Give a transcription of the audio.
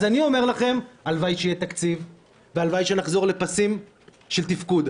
אז אני אומר לכם: הלוואי שיהיה תקציב והלוואי שנחזור לפסים של תפקוד,